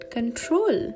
Control